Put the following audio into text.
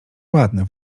ładne